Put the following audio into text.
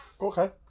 Okay